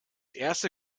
erste